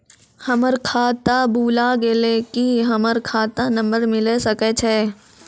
हमर खाता भुला गेलै, की हमर खाता नंबर मिले सकय छै?